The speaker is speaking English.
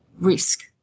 risk